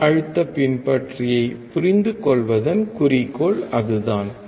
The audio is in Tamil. மின்னழுத்த பின்பற்றியைப் புரிந்துகொள்வதன் குறிக்கோள் அதுதான்